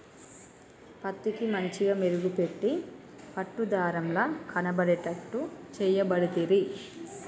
పత్తికి మంచిగ మెరుగు పెట్టి పట్టు దారం ల కనబడేట్టు చేయబడితిరి